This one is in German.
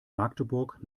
magdeburg